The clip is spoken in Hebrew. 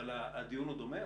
אבל הדיון הוא דומה.